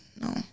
no